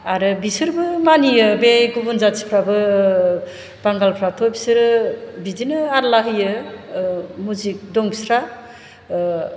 आरो बिसोरबो मानियो बे गुबुन जाथिफ्राबो बांगालफ्राथ' बिसोरो बिदिनो आरला होयो मजिद दं बिस्रा